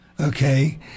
Okay